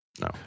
No